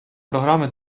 програми